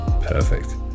Perfect